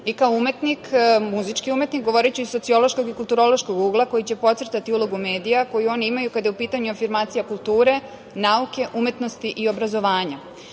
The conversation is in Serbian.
i kao umetnik, muzički umetnik, govoriću iz sociološkog i kulturološkog ugla koji će podrctati ulogu medija koju oni imaju, kada je u pitanju afirmacija kulture, nauke, umetnosti i obrazovanja. Neću